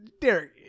Derek